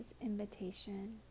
invitation